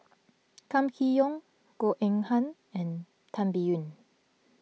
Kam Kee Yong Goh Eng Han and Tan Biyun